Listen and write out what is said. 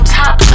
top